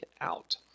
out